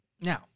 Now